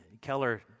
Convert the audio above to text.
Keller